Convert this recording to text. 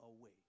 away